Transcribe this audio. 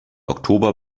oktober